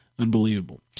unbelievable